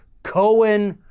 cohen,